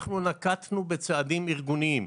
אנחנו נקטנו בצעדים ארגוניים.